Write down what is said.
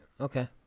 okay